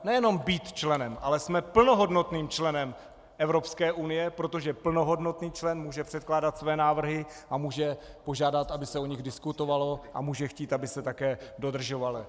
Nejenom být členem, ale jsme plnohodnotným členem Evropské unie, protože plnohodnotný člen může předkládat své návrhy a může požádat, aby se o nich diskutovalo, a může chtít, aby se také dodržovaly.